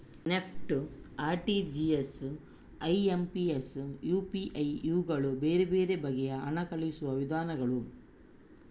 NEFT, RTGS, IMPS, UPI ಇವುಗಳು ಬೇರೆ ಬೇರೆ ಬಗೆಯ ಹಣ ಕಳುಹಿಸುವ ವಿಧಾನಗಳು